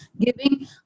giving